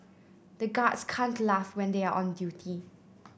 the guards can't laugh when they are on duty